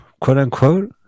quote-unquote